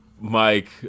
mike